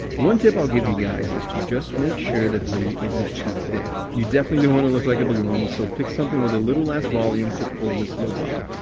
one tip i'll give you guys is to just make sure the hoodie isn't too thick. you definitely don't wanna look like a balloon, so pick something with a little less volume to pull this look off.